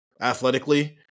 athletically